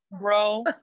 bro